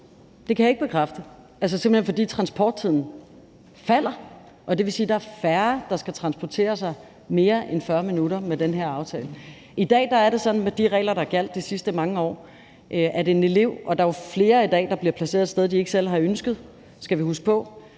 Nej, det kan jeg ikke bekræfte, simpelt hen fordi transporttiden falder, og det vil sige, at der er færre, der skal transportere sig mere end 40 minutter, med den her aftale. I dag er det sådan med de regler, der har gjaldt de sidste mange år, at de elever – og der er jo flere elever i dag, der bliver placeret et sted, de ikke selv har ønsket, skal vi huske på,